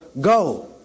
go